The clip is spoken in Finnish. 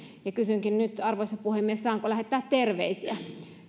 ja kysynkin nyt arvoisa puhemies saanko lähettää terveisiä